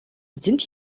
sind